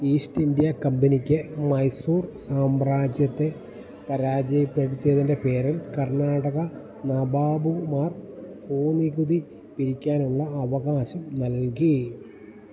east India കമ്പനിക്ക് മൈസൂർ സാമ്രാജ്യത്തെ പരാജയപ്പെടുത്തിയതിന്റെ പേരില് കർണാടക നവാബുമാർ ഭൂനികുതി പിരിക്കാനുള്ള അവകാശം നൽകി